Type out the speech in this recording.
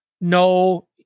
No